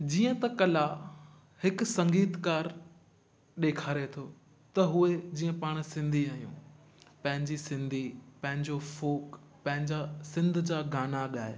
जीअं त कला हिकु संगीतकार ॾेखारे थो त उहे जीअं पाणि सिंधी आहियूं पंहिंजी सिंधी पंहिंजो फ़ोक पंहिंजा सिंध जा गाना ॻाए